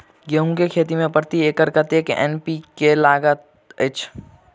गेंहूँ केँ खेती मे प्रति एकड़ कतेक एन.पी.के लागैत अछि?